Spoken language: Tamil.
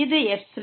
இது ε